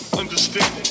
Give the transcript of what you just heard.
understand